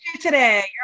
today